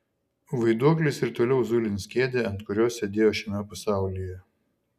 vaiduoklis ir toliau zulins kėdę ant kurios sėdėjo šiame pasaulyje